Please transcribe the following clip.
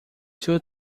two